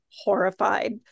horrified